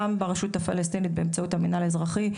גם ברשות הפלסטינית באמצעות המנהל האזרחי,